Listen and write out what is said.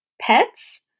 pets